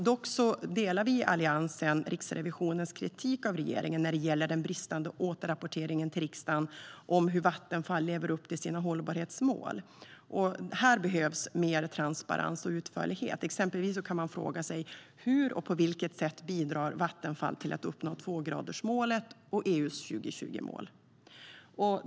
Dock delar Alliansen Riksrevisionens kritik av regeringen när det gäller den bristande återrapporteringen till riksdagen av hur Vattenfall lever upp till sina hållbarhetsmål. Här behövs mer transparens och utförlighet. Exempelvis kan man fråga sig på vilket sätt Vattenfall bidrar till att uppnå tvågradersmålet och EU:s 2020-mål.